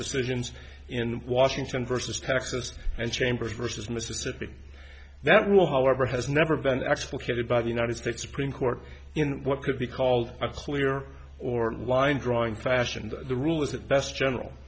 decisions in washington versus texas and chambers versus mississippi that will however has never been explicated by the united states supreme court in what could be called a clear or wind drawing fashioned the rule is at best general